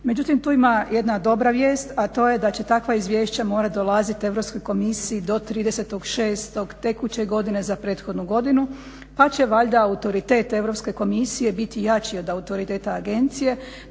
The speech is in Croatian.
međutim tu ima jedna dobra vijest, a to je da će takva izvješća morat dolazit Europskoj komisiji do 30.6. tekuće godine za prethodnu godinu, pa će valjda autoritet Europske komisije biti jači od autoriteta agencije.